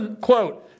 Quote